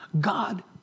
God